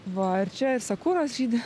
va ir čia ir sakuros žydi